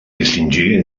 distingir